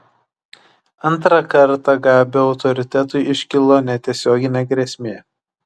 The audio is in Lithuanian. antrą kartą gabio autoritetui iškilo netiesioginė grėsmė